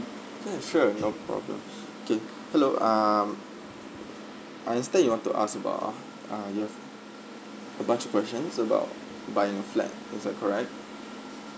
okay sure no problem okay hello um I understand you want to ask about ah ah you have a bunch of questions about buying a flat is that correct